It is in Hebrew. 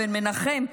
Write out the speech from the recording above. מאבן מנחם,